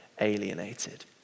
alienated